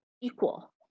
equal